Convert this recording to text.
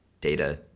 data